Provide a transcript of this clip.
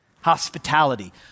Hospitality